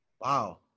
Wow